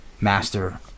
Master